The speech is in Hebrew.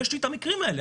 יש לי את המקרים האלה.